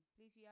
Please